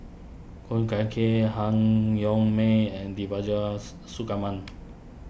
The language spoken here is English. Khoo Gai Kay Han Yong May and Devagi